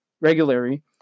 regularly